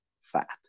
fat